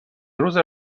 روز